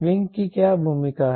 wing की क्या भूमिका है